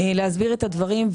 להסביר את הדברים,